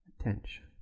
attention